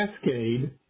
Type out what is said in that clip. Cascade